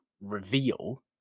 reveal